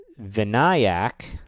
Vinayak